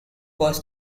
was